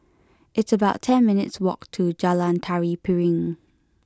It's about ten minutes' walk to Jalan Tari Piring